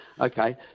Okay